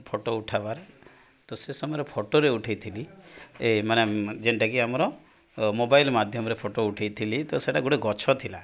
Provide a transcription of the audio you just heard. photo ଉଠାବାର ତ ସେ ସମୟରେ ଫଟୋରେ ଉଠେଇଥିଲି ଏ ମାନେ ଯେନ୍ଟାକି ଆମର ମୋବାଇଲ୍ ମାଧ୍ୟମରେ ଫଟୋ ଉଠେଇଥିଲି ତ ସେଇଟା ଗୋଟେ ଗଛ ଥିଲା